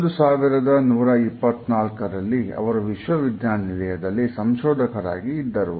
ಒಂದು ಸಾವಿರದ ನೂರಾ ಇಪ್ಪತ್ತು ನಾಲ್ಕುರಲ್ಲಿ ಅವರು ವಿಶ್ವವಿದ್ಯಾನಿಲಯದಲ್ಲಿ ಸಂಶೋಧಕರಾಗಿ ಇದ್ದರು